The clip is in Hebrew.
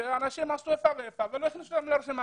שאנשים לא נכנסו לרשימה.